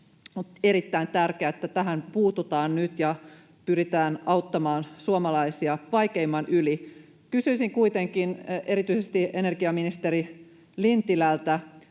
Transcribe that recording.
on erittäin tärkeää, että tähän puututaan nyt ja pyritään auttamaan suomalaisia vaikeimman yli. Kysyisin kuitenkin erityisesti energiaministeri Lintilältä: